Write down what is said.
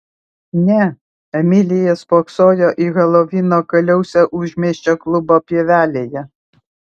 ne emilija spoksojo į helovino kaliausę užmiesčio klubo pievelėje